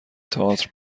تاتر